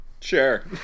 Sure